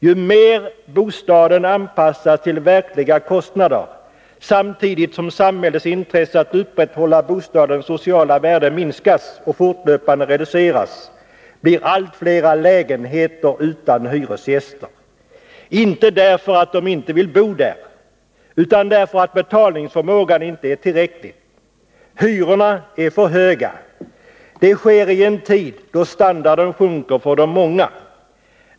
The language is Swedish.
Ju mera bostaden anpassas till verkliga kostnader samtidigt som samhällets intresse att upprätthålla bostadens sociala värde minskas och fortlöpande reduceras blir allt flera lägenheter utan hyresgäster — inte därför att de inte vill bo där, utan därför att betalningsförmågan inte är tillräcklig. Hyrorna är för höga. Det sker i en tid då standarden sjunker för de många.